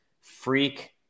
freak